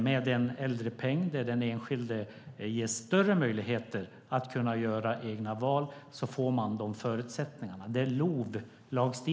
Med en äldrepeng som ger den enskilde större möjligheter att göra egna val får man förutsättningar för det.